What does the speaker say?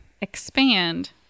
expand